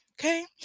Okay